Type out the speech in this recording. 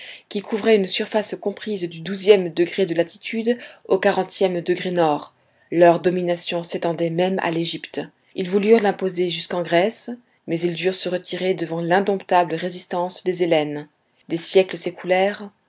qui couvrait une surface comprise du douzième degré de latitude au quarantième degré nord leur domination s'étendait même à l'égypte ils voulurent l'imposer jusqu'en grèce mais ils durent se retirer devant l'indomptable résistance des hellènes des siècles